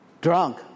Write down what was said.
drunk